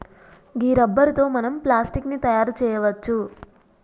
గీ rubber తో మనం plastic ని తయారు చేయవచ్చు